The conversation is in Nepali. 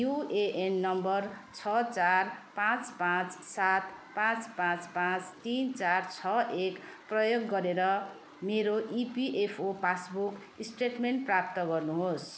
युएएन नम्बर छ चार पाँच पाँच सात पाँच पाँच पाँच तिन चार छ एक प्रयोग गरेर मेरो इपिएफओ पासबुक स्टेटमेन्ट प्राप्त गर्नुहोस्